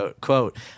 Quote